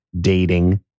dating